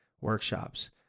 workshops